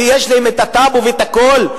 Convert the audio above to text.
ויש להם את הטאבו ואת הכול,